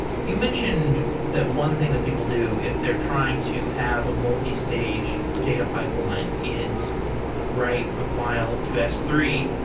you mentioned that one thing that people do if they're trying to have a multistage data pipeline is write a file to s three,